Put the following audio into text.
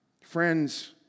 friends